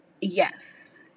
yes